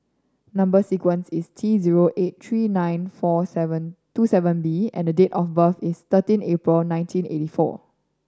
number sequence is T zero eight three nine four seven two seven B and date of birth is thirteen April nineteen eighty four